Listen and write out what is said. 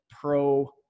pro